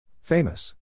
Famous